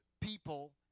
people